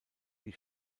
die